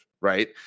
right